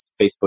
Facebook